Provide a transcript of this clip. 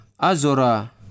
Azora